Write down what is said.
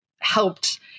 helped